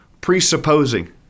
presupposing